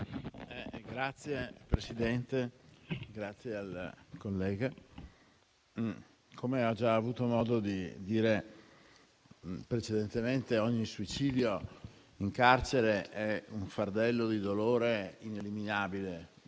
senatore interrogante. Come ho già avuto modo di dire precedentemente, ogni suicidio in carcere è un fardello di dolore ineliminabile,